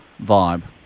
vibe